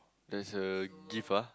there's a gift ah